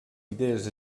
idees